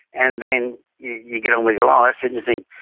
and then you get on with your ah life and you think,